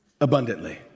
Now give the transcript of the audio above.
abundantly